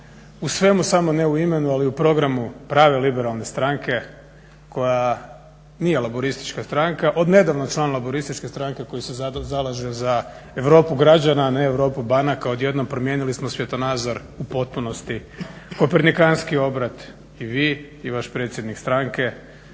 u svemu samo ne u imenu ali u programu prave Liberalne stranke koja nije Laburistička stranka, odnedavno član Laburističke stranke koji se zalažu za Europu građana, ne Europu banaka, odjednom promijenili smo svjetonazor u potpunosti kopernikanski obrat i vi i vaš predsjednik stranke